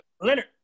Leonard